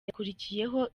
yakurikiyeho